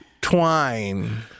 twine